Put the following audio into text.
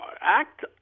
act